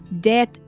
death